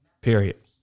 Period